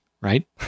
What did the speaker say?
right